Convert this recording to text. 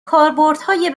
کاربردهای